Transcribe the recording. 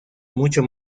mucho